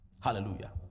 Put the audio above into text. hallelujah